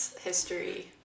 history